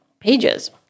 pages